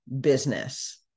business